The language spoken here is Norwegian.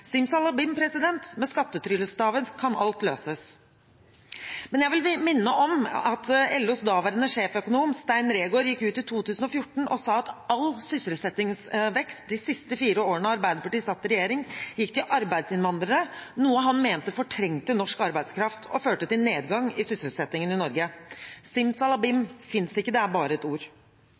Simsalabim – med skattetryllestaven kan alt løses. Jeg vil minne om at LOs daværende sjefsøkonom Stein Reegård i 2014 gikk ut og sa at all sysselsettingsvekst de siste fire årene Arbeiderpartiet satt i regjering, gikk til arbeidsinnvandrere, noe han mente fortrengte norsk arbeidskraft og førte til nedgang i sysselsettingen i Norge. Simsalabim finnes ikke – det er bare et ord.